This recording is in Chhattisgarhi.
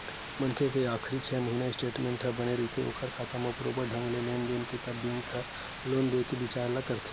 मनखे के आखरी छै महिना के स्टेटमेंट ह बने रथे ओखर खाता म बरोबर ढंग ले लेन देन हे त बेंक ह लोन देय के बिचार ल करथे